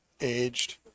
aged